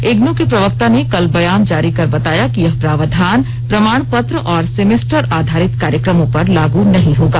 इग्नु के प्रवक्ता ने कल बयान जारी कर बताया कि यह प्रावधान प्रमाण पत्र और सेमेस्टर आधारित कार्यक्रमों पर लागू नहीं होगा